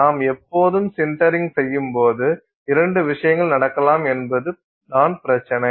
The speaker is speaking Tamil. நாம் எப்போதும் சின்டரிங் செய்யும் போது இரண்டு விஷயங்கள் நடக்கலாம் என்பதுதான் பிரச்சினை